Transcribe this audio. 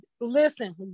listen